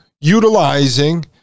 utilizing